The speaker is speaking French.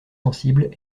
sensibles